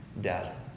death